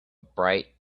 bright